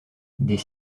des